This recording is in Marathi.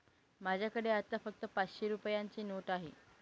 माझ्याकडे आता फक्त पाचशे रुपयांची नोट आहे